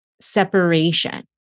separation